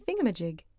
thingamajig